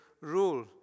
rule